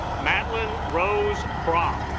madeleine rose bra